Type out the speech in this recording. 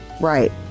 Right